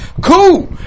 cool